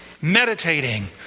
meditating